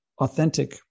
authentic